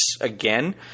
again